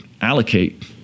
allocate